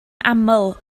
aml